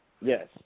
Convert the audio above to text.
Yes